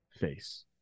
face